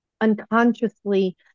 Unconsciously